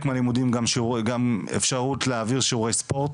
מהלימודים גם אפשרות להעביר שיעורי ספורט.